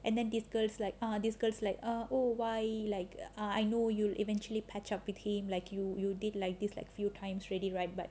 and then this girl is like ah this girls like uh oh why like I know you'll eventually patch up with him like you you did like this like few times ready right but